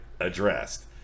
addressed